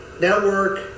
Network